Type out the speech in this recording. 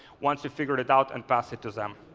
once you've figured it out and pass it to them.